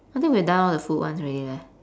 I think we've done all the food ones already leh